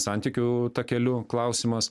santykių takeliu klausimas